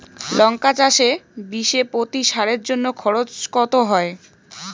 লঙ্কা চাষে বিষে প্রতি সারের জন্য খরচ কত হয়?